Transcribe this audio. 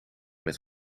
met